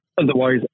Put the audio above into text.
Otherwise